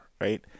right